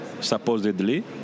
supposedly